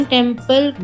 Temple